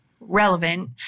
relevant